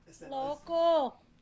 Loco